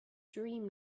dream